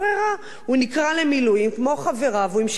הוא נקרא למילואים, כמו חבריו, הוא המשיך לשרת.